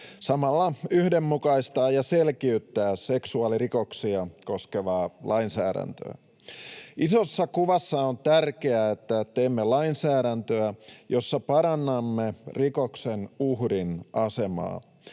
samalla yhdenmukaistaa ja selkiyttää seksuaalirikoksia koskevaa lainsäädäntöä. Isossa kuvassa on tärkeää, että teemme lainsäädäntöä, jossa parannamme rikoksen uhrin asemaa.